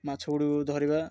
ମାଛ ଗୁଡ଼କୁ ଧରିବା